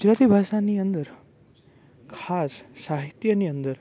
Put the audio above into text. ગુજરાતી ભાષાની અંદર ખાસ સાહિત્યની અંદર